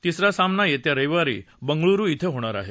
तिसरा सामना येत्या रविवारी बंगळुरु इथं होणार आहे